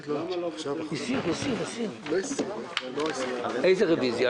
איזו רוויזיה?